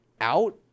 out